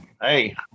Hey